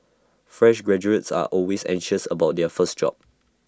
fresh graduates are always anxious about their first job